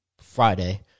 Friday